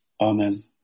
Amen